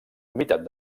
humitat